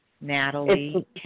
Natalie